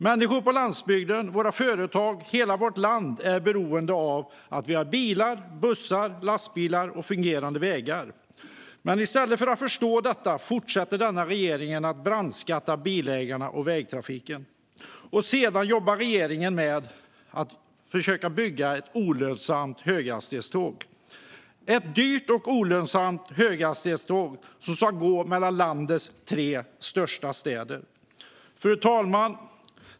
Människor på landsbygden, våra företag och hela vårt land är beroende av att vi har bilar, bussar, lastbilar och fungerande vägar. Men i stället för att förstå detta fortsätter denna regering att brandskatta bilägarna och vägtrafiken. Sedan jobbar regeringen med att bygga ett olönsamt höghastighetståg - ett dyrt och olönsamt höghastighetståg som ska gå mellan landets tre största städer. Fru talman!